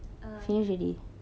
uh